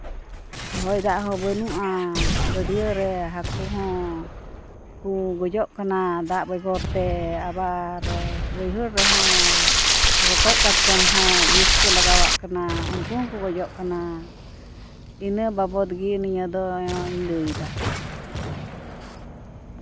ᱦᱚᱭ ᱫᱟᱜ ᱦᱚᱸ ᱵᱟᱹᱱᱩᱜᱼᱟ ᱜᱟᱹᱰᱭᱟᱹ ᱨᱮ ᱦᱟᱠᱩ ᱦᱚᱸ ᱠᱚ ᱜᱚᱡᱚᱜ ᱠᱟᱱᱟ ᱫᱟᱜ ᱵᱮᱜᱚᱨ ᱛᱮ ᱟᱵᱟᱨ ᱵᱟᱹᱭᱦᱟᱹᱲ ᱨᱮᱦᱚᱸ ᱨᱚᱠᱚᱡ ᱠᱟᱴᱠᱚᱢ ᱦᱚᱸ ᱵᱤᱥ ᱠᱚ ᱞᱟᱜᱟᱣᱟᱜ ᱠᱟᱱᱟ ᱩᱱᱠᱩ ᱦᱚᱸᱠᱚ ᱜᱚᱡᱚᱜ ᱠᱟᱱᱟ ᱤᱱᱟᱹ ᱵᱟᱵᱚᱛ ᱜᱮ ᱱᱤᱭᱟᱹ ᱫᱩᱧ ᱞᱟᱹᱭᱮᱫᱟ